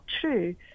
true